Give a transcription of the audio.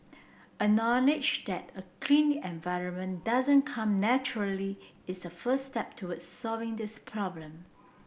acknowledge that a clean environment doesn't come naturally is the first step toward solving this problem